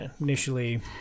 initially